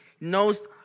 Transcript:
knows